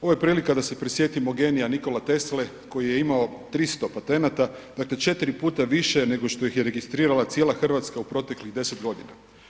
Ovo je prilika da se prisjetimo genija Nikole Tesle koji je imao 300 patenata, dakle četiri puta više nego što ih je registrirala cijela Hrvatska u proteklih deset godina.